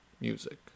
music